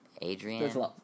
adrian